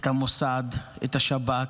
את המוסד, את השב"כ,